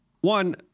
one